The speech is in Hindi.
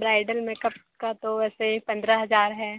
ब्राईडल मेकअप का तो वैसे पंद्रह हज़ार हैं